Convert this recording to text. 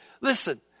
listen